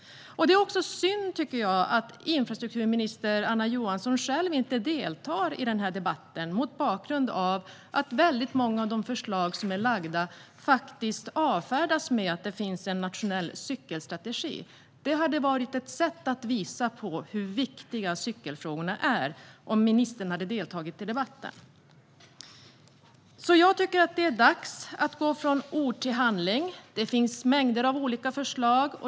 Det är också synd att infrastrukturminister Anna Johansson själv inte deltar i debatten mot bakgrund av att väldigt många av de förslag som lagts avfärdas med att det finns en nationell cykelstrategi. Det hade varit ett sätt att visa hur viktiga cykelfrågorna är om ministern hade deltagit i debatten. Det är dags att gå från ord till handling. Det finns mängder av olika förslag.